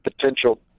potential